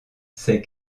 ces